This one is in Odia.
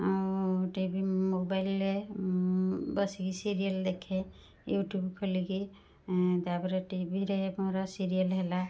ଟି ଭି ମୋବାଇଲରେ ବସିକି ସିରିଏଲ ଦେଖେ ୟୁଟୁବ ଖୋଲିକି ତାପରେ ଟିଭିରେ ମୋର ସିରିଏଲ ହେଲା